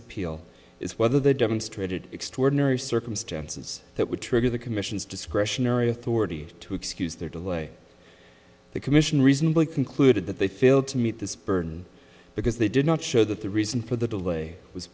appeal is whether the demonstrated extraordinary circumstances that would trigger the commission's discretionary authority to excuse their delay the commission reasonably concluded that they failed to meet this burden because they did not show that the reason for the delay was